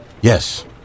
Yes